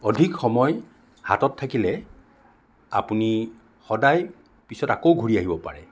অধিক সময় হাতত থাকিলে আপুনি সদায় পিছত আকৌ ঘূৰি আহিব পাৰে